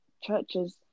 churches